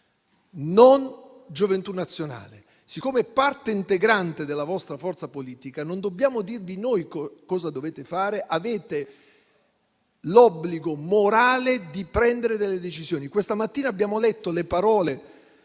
non Gioventù Nazionale. Siccome è parte integrante della vostra forza politica, non dobbiamo dirvi noi cosa dovete fare: avete l'obbligo morale di prendere delle decisioni.